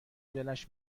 دلش